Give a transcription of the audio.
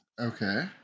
Okay